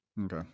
Okay